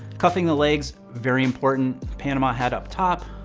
cuffing the legs, very important. panama hat up top.